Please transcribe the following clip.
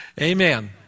Amen